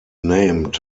named